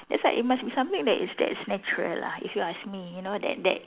that's why it must be something that is that is natural lah if you ask me you know that that